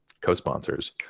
co-sponsors